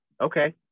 Okay